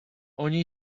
ogni